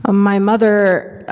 ah my mother,